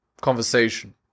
conversation